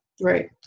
Right